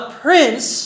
prince